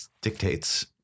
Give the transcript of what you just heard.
dictates